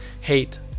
hate